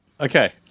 okay